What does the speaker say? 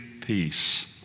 peace